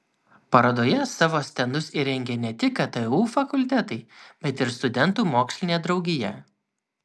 parodoje savo stendus įrengė ne tik ktu fakultetai bet ir studentų mokslinė draugija